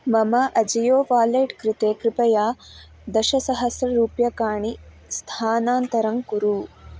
मम आजियो वालेट् कृते कृपया दशसहस्ररूप्यकाणि स्थानान्तरं कुरु